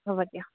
হ'ব দিয়ক